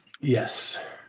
yes